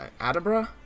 Adabra